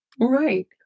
Right